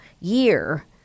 year